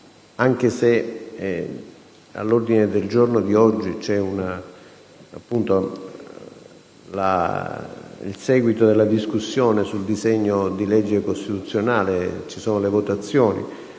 anche se all'ordine del giorno di oggi c'è il seguito della discussione dei disegni di legge costituzionale, ci sono le votazioni,